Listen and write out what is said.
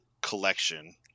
collection